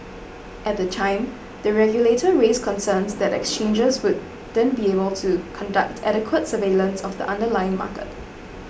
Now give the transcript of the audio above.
at the time the regulator raised concerns that exchanges wouldn't be able to conduct adequate surveillance of the underlying market